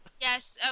Yes